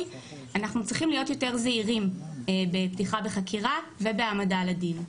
אנחנו צריכים להיות יותר זהירים בפתיחה בחקירה ובהעמדה לדין.